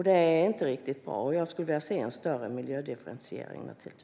Det är inte riktigt bra, och jag skulle vilja se en större miljödifferentiering.